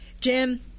Jim